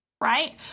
right